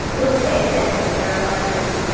blues pay attention to their emotions,